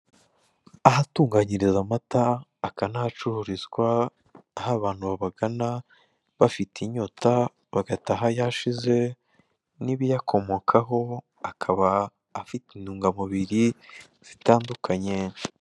Ahatunganyirizwa amata akanahacururizwa hari abantu babagana bafite inyota bagataha yashize n'ibiyakomokaho akaba afite intungamubiri zitandukanye.